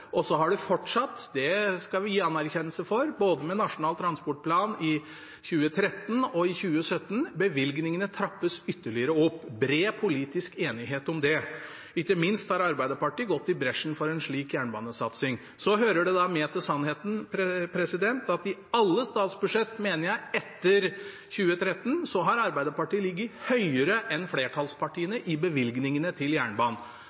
og så har det fortsatt – det skal vi gi anerkjennelse for – med Nasjonal transportplan både i 2013 og i 2017, bevilgningene trappes ytterligere opp. Det er bred politisk enighet om det. Ikke minst har Arbeiderpartiet gått i bresjen for en slik jernbanesatsing. Så hører det med til sannheten at i alle statsbudsjetter, mener jeg, etter 2013 så har Arbeiderpartiet ligget høyere enn flertallspartiene i bevilgningene til jernbanen,